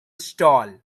stall